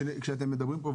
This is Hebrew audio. כשאתם מדברים פה,